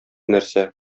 нәрсә